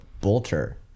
Bolter